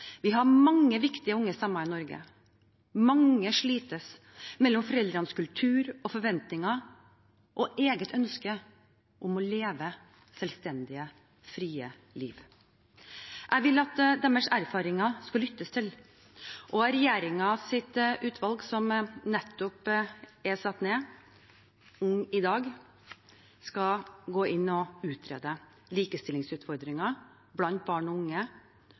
Norge. Mange slites mellom foreldrenes kultur og forventninger og eget ønske om å leve et selvstendig, fritt liv. Jeg vil at deres erfaringer skal lyttes til. Regjeringens utvalg som nettopp er satt ned, #UngIDag, skal utrede likestillingsutfordringer blant barn og unge,